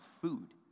food